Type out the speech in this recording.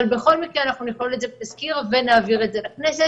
אבל בכל מקרה אנחנו נכלול את זה בתזכיר ונעביר את זה לכנסת.